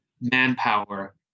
manpower